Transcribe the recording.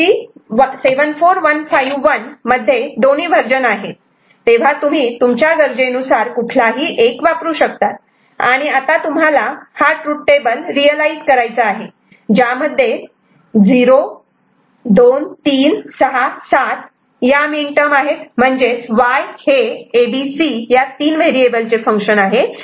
IC 74151 मध्ये दोन्ही version आहेत तेव्हा तुम्ही तुमच्या गरजे नुसार कुठलाही एक वापरू शकतात आणि आता तुम्हाला हा ट्रूथ टेबल रियलायझ करायचा आहे ज्यामध्ये 0 2 3 6 7 या मीन टर्म आहेत